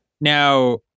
Now